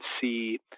see